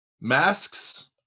masks